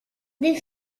des